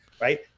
right